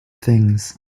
things